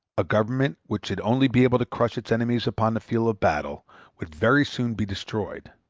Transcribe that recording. a government which should only be able to crush its enemies upon a field of battle would very soon be destroyed.